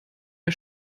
der